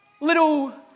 little